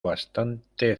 bastante